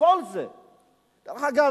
דרך אגב,